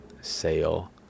sale